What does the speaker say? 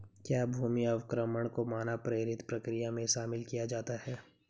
क्या भूमि अवक्रमण को मानव प्रेरित प्रक्रिया में शामिल किया जाता है?